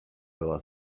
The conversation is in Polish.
była